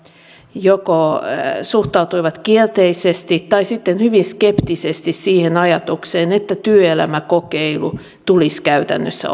joko kielteisesti tai sitten hyvin skeptisesti siihen ajatukseen että työelämäkokeilu tulisi käytännössä